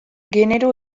genero